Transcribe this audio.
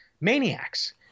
maniacs